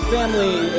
family